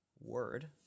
word